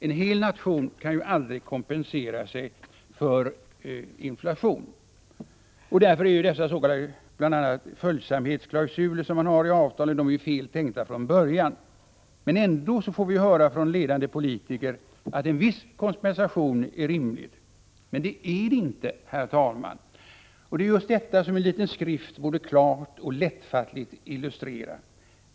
En hel nation kan aldrig kompensera sig för inflationen. Därför är de s.k. följsamhetsklausuler som man har i vissa avtal fel tänkta från början. Ändå får vi höra från ledande politiker att en viss kompensation är rimlig. Det är den inte, herr talman! Det är just detta som en liten skrift klart och lättfattligt borde illustrera.